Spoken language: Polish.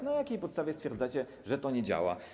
Na jakiej więc podstawie stwierdzacie, że to nie działa?